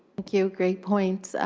thank you. great points.